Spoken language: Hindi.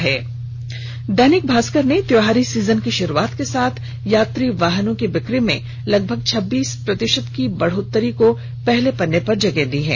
वहीं दैनिक भास्कर ने त्योहारी सीजन की शुरुआत के साथ यात्री वाहनों की बिक्री में लगभग छब्बीस प्रतिशत की होगी बढ़ोत्तरी को पहले पन्ने पर जगह दी है